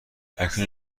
اکنون